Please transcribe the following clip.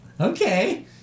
Okay